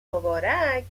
مبارک